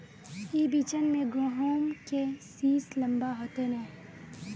ई बिचन में गहुम के सीस लम्बा होते नय?